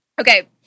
okay